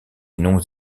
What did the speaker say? noms